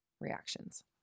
reactions